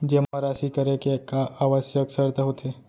जेमा राशि करे के का आवश्यक शर्त होथे?